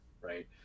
Right